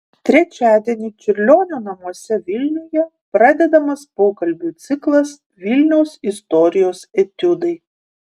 trečiadienį čiurlionio namuose vilniuje pradedamas pokalbių ciklas vilniaus istorijos etiudai